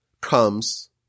comes